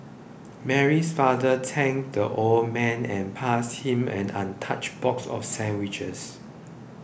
Mary's father thanked the old man and passed him an untouched box of sandwiches